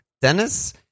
Dennis